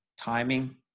timing